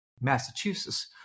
Massachusetts